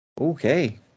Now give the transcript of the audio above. Okay